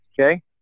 Okay